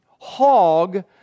hog